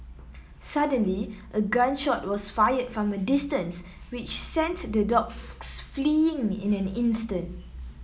suddenly a gun shot was fired from a distance which sent the dogs fleeing in an instant